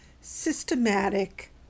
systematic